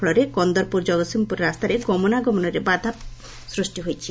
ଫଳରେ କନ୍ଦରପୁର ଜଗତସିଂହପୁର ରାସ୍ତାରେ ଗମନାଗମନରେ ବାଧାପ୍ରାପ୍ତ ହୋଇଥିଲା